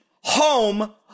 home